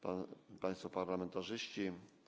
Państwo Parlamentarzyści!